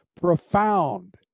profound